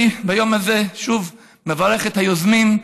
ביום הזה אני שוב מברך את היוזמים,